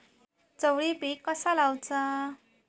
चवळी पीक कसा लावचा?